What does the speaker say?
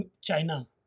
China